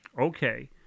Okay